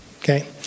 Okay